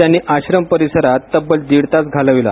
त्यांनी आश्रम परिसरात दीड तास घालविला